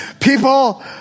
people